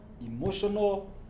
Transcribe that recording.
emotional